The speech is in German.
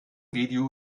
video